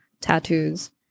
tattoos